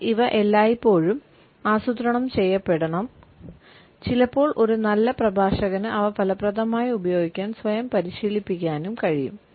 എന്നാൽ ഇവ എല്ലായ്പ്പോഴും ആസൂത്രണം ചെയ്യപ്പെടണം ചിലപ്പോൾ ഒരു നല്ല പ്രഭാഷകന് അവ ഫലപ്രദമായി ഉപയോഗിക്കാൻ സ്വയം പരിശീലിപ്പിക്കാനും കഴിയും